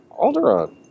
Alderaan